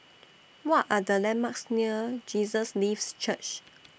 What Are The landmarks near Jesus Lives Church